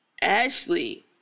Ashley